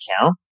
account